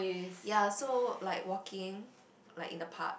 ya so like walking like in the park